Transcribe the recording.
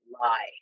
lie